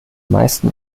meisten